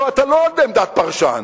אתה לא בעמדת פרשן.